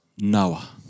Noah